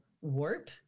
warp